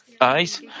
eyes